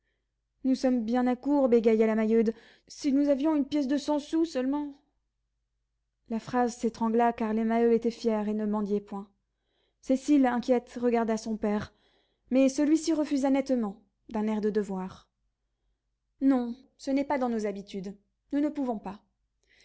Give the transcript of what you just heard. nous sommes bien à court bégaya la maheude si nous avions une pièce de cent sous seulement la phrase s'étrangla car les maheu étaient fiers et ne mendiaient point cécile inquiète regarda son père mais celui-ci refusa nettement d'un air de devoir non ce n'est pas dans nos habitudes nous ne pouvons pas